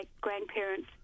grandparents